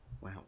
Wow